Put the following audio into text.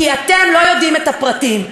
כי אתם לא יודעים את הפרטים,